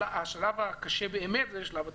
השלב הקשה באמת, שזה שלב התכנון.